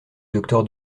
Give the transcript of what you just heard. docteur